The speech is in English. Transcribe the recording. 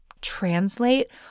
translate